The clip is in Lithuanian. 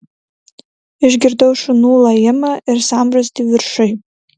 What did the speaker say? išgirdau šunų lojimą ir sambrūzdį viršuj